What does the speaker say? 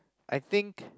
I think